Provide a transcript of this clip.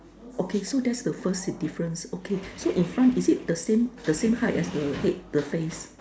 okay so that's the first difference okay so in front is it the same the same height as the head the face